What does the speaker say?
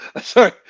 sorry